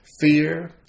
fear